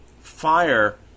fire